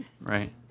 Right